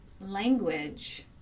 language